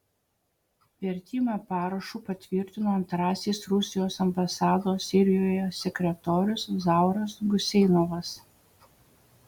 vertimą parašu patvirtino antrasis rusijos ambasados sirijoje sekretorius zauras guseinovas